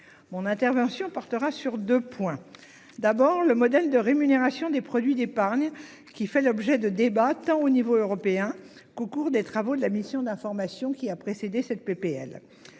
mon intervention portera sur 2 points. D'abord le modèle de rémunération des produits d'épargne qui fait l'objet de débats, tant au niveau européen qu'au cours des travaux de la mission d'information qui a précédé cette PPL.